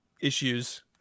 issues